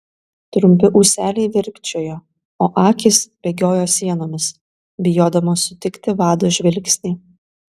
trumpi ūseliai virpčiojo o akys bėgiojo sienomis bijodamos sutikti vado žvilgsnį